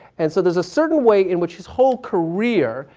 and so there's a certain way in which his whole career,